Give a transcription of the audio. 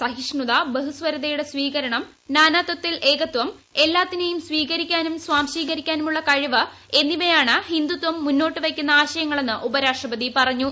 സഹിഷ്ണുത ബഹുസ്വരതയുടെ സ്വീകരണം നാനാത്വത്തിൽ ഏകത്വം എല്ലാത്തിനെയും സ്വീകരിക്കാനും സ്വാംശികരിക്കാനുമുള്ള കഴിവ് എന്നിവയാണ് ഹിന്ദുത്വം മുന്നോട്ട് വയ്ക്കുന്ന ആശയങ്ങളെന്ന് ഉപരാഷ്ട്രപതി പറഞ്ഞു